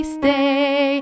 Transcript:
stay